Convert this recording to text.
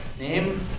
Name